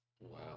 Wow